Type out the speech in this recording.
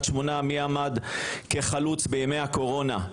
שמונה מי עמד כחלוץ בימי הקורונה?